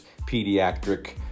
pediatric